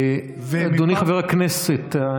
אדוני חבר הכנסת,